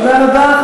תודה רבה.